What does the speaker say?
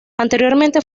anteriormente